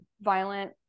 violent